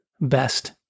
best